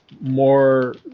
more